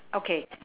okay